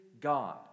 God